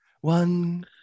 One